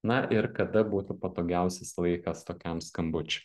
na ir kada būtų patogiausias laikas tokiam skambučiui